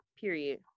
period